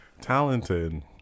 talented